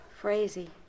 Frazee